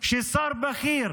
ששר בכיר